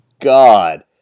God